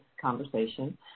conversation